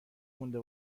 مونده